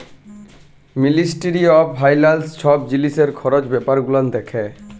ministry of finance ছব জিলিসের খরচ ব্যাপার গুলান দ্যাখে